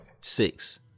Six